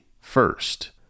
first